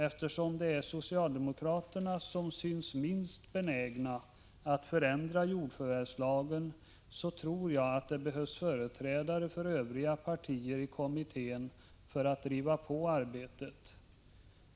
Eftersom det är socialdemokraterna som synes minst benägna att förändra jordförvärvslagen, tror jag att det behövs företrädare för övriga partier i kommittén för att driva på arbetet.